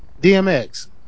DMX